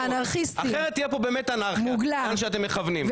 אחרת באמת תהיה פה אנרכיה לאן שאתם מכוונים.